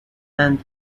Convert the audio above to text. and